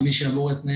ארנה, זה על שם